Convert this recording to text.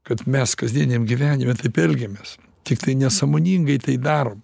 kad mes kasdieniam gyvenime taip elgiamės tiktai nesąmoningai tai darom